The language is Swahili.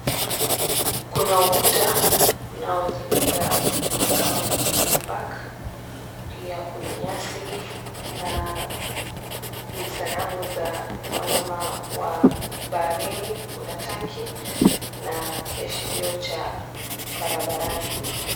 Kuna ukuta unaozingira makao ya Buffalo Park pia kuna nyasi na visanamu za wanyama wa baharini, kuna tanki na kiashirio cha barabarani.